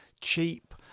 cheap